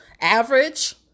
average